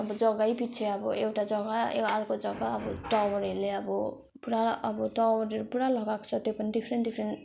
अब जग्गै पिछे अब एउटा जग्गा ए अर्को जग्गा अब टावरहरूले अब पुरा अब टावरहरू पुरा लगाएको छ त्यो पनि डिफ्रेन्ट डिफ्रेन्ट